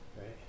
Right